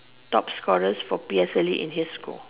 top scorers for P_S_L_E in his score